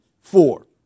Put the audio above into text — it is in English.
four